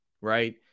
right